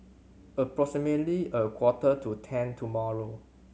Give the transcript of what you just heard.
approximately a quarter to ten tomorrow